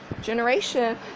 Generation